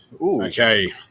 Okay